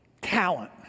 talent